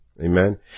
Amen